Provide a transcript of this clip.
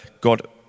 God-